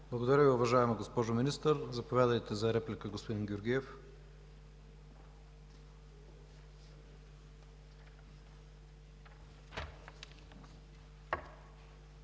Благодаря Ви, уважаема госпожо Министър. Заповядайте за реплика, господин Георгиев.